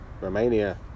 Romania